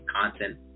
content